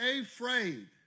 afraid